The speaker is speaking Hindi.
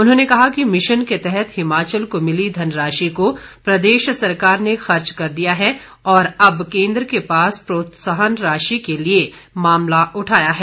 उन्होंने कहा कि मिशन के तहत हिमाचल को मिली धनराशि को प्रदेश सरकार ने खर्च कर दिया है और अब केंद्र के पास प्रोत्साहन राशि के लिए मामला उठाया है